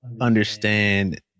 understand